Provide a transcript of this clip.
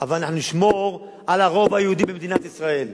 אבל אנחנו נשמור על הרוב היהודי במדינת ישראל.